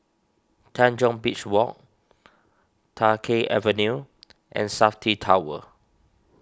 Tanjong Beach Walk Tai Keng Avenue and Safti Tower